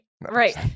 right